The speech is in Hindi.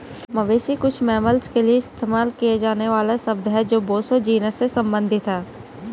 मवेशी कुछ मैमल्स के लिए इस्तेमाल किया जाने वाला शब्द है जो बोसो जीनस से संबंधित हैं